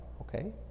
Okay